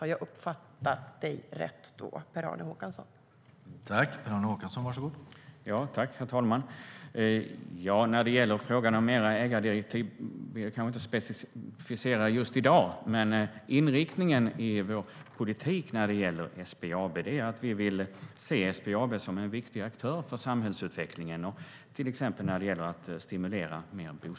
Har jag uppfattat dig rätt då, Per-Arne Håkansson?